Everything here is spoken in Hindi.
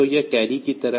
तो यह कैरी की तरह है